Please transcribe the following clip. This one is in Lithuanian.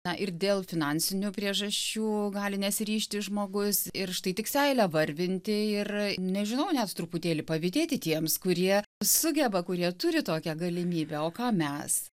na ir dėl finansinių priežasčių gali nesiryžti žmogus ir štai tik seilę varvinti ir nežinau net truputėlį pavydėti tiems kurie sugeba kurie turi tokią galimybę o ką mes